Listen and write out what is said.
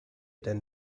denn